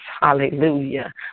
hallelujah